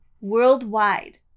worldwide